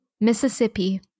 Mississippi